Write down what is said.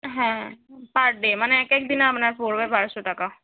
হ্যাঁ per day মানে এক এক দিনে আপনার পড়বে বারোশো টাকা